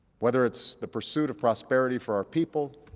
whether it's the pursuit of prosperity for our people,